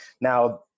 now